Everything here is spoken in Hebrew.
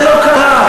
זה לא קרה.